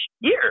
year